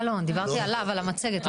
אה, לא, דיברתי עליו, על המצגת.